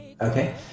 Okay